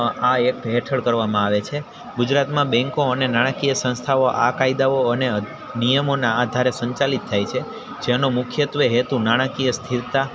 આ એક્ટ હેઠળ કરવામાં આવે છે ગુજરાતમાં બેન્કો અને નાણાંકીય સંસ્થાઓ આ કાયદાઓ અને નિયમોના આધારે સંચાલિત થાય છે જેનો મુખ્યત્વે હેતુ નાણાંકીય સ્થિરતા